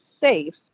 safe